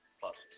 plus